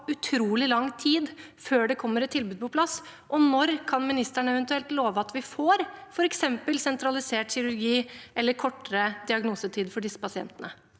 utrolig lang tid før det kommer et tilbud på plass? Og når kan ministeren eventuelt love at vi får f.eks. sentralisert kirurgi eller kortere diagnosetid for disse pasientene?